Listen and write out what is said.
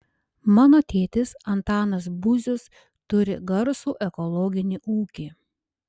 mano tėtis antanas būzius turi garsų ekologinį ūkį